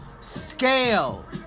scale